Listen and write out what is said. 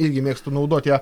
irgi mėgstu naudot ją